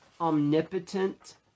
omnipotent